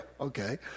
okay